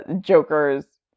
Joker's